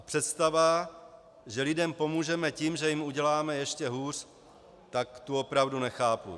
Představa, že lidem pomůžeme tím, že jim uděláme ještě hůř, tak tu opravdu nechápu.